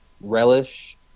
relish